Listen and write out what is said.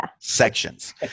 sections